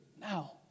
now